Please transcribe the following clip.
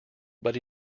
but